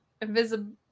invisible